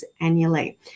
annually